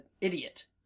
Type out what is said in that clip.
idiot